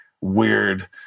weird